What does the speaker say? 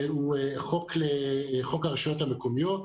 שהוא חוק הרשויות המקומיות